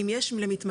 אם יש למתמחה,